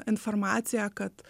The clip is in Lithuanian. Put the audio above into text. informaciją kad